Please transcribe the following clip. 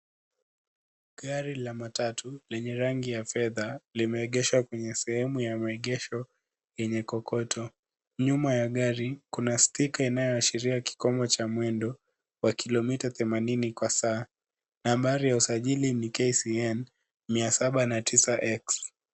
Gari la matatu lenye rangi ya fedha limeegeshwa kwenye sehemu ya maegesho yenye kokoto. Nyuma ya gari, kuna sticker inayoashiria kikomo cha mwendo wa kilomita 80 kwa saa. Nambari ya usajili ni KCN 709X.